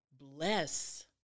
bless